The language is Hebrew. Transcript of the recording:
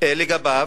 בו